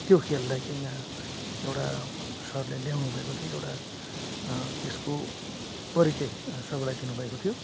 त्यो खेललाई चाहिँ यहाँ एउटा सरले ल्याउनु भएको थियो एउटा त्यसको परिचय सबैलाई दिनुभएको थियो